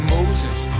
Moses